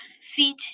feet